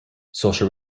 social